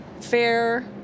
fair